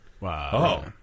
Wow